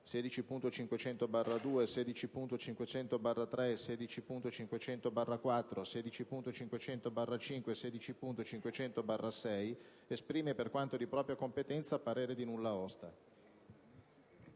16.500/2, 16.500/3, 16.500/4, 16.500/5 e 16.500/6, esprime, per quanto di competenza, parere di nulla osta».